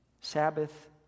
Sabbath